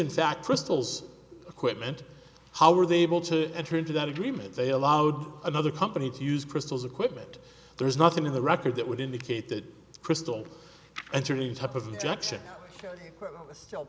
intact crystal's equipment how are they able to enter into that agreement they allowed another company to use crystals equipment there is nothing in the record that would indicate that crystal entering type of